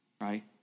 right